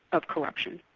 of corruption.